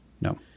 No